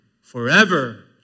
forever